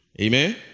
Amen